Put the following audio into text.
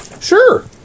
Sure